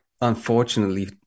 unfortunately